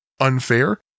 Unfair